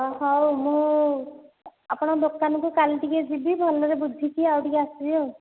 ହ ହଉ ମୁଁ ଆପଣଙ୍କ ଦୋକାନକୁ କାଲି ଟିକିଏ ଯିବି ଭଲରେ ବୁଝିକି ଆଉ ଟିକିଏ ଆସିବି ଆଉ